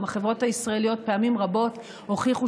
גם החברות הישראליות פעמים רבות הוכיחו